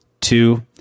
two